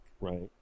Right